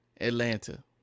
Atlanta